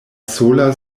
sola